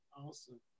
Awesome